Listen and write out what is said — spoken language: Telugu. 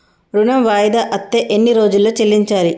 ఋణం వాయిదా అత్తే ఎన్ని రోజుల్లో చెల్లించాలి?